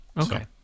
Okay